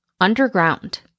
Underground